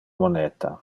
moneta